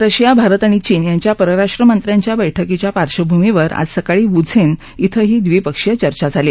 Russia Bharat आणि चीन यांच्या परराष्ट्र मंत्र्यांच्या बैठकीच्या पार्श्वभूमीवर आज सकाळी वूझेन डिं ही द्विपक्षीय चर्चा झाली